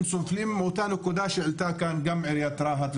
סובלים מאותה נקודה שהעלתה כאן גם עיריית רהט,